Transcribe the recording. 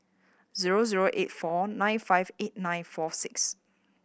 zero zero eight four nine five eight nine four six